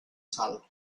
sal